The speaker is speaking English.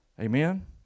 Amen